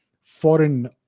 foreign